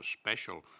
special